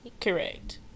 Correct